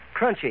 crunchy